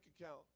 account